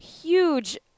huge